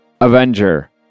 Avenger